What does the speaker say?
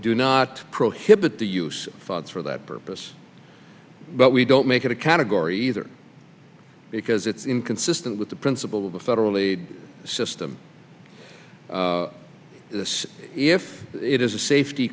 do not prohibit the use of funds for that purpose but we don't make it a category either because it's inconsistent with the principle of a federal aid system this if it is a safety